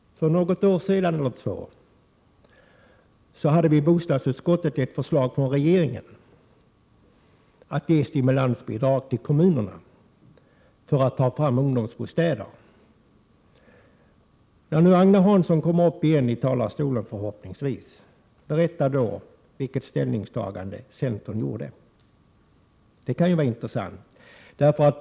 För något år sedan diskuterade bostadsutskottet ett förslag från regeringen som handlade om att man skulle ge kommunerna ett stimulansbidrag för att de skulle ta fram ungdomsbostäder. När Agne Hansson går uppi talarstolen nästa gång vill jag att han skall tala om vilket ställningstagande som centern då gjorde. Det kan vara intressant att få höra.